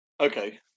Okay